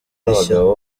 rishya